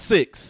Six